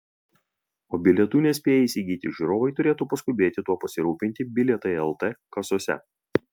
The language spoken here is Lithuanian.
o bilietų nespėję įsigyti žiūrovai turėtų paskubėti tuo pasirūpinti bilietai lt kasose